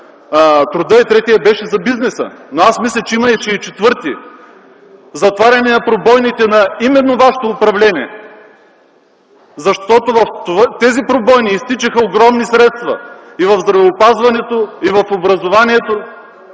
труда, третият – за бизнеса. Мисля, че имаше и четвърти: затваряне на пробойните именно на вашето управление, защото в тези пробойни изтичаха огромни средства в здравеопазването, образованието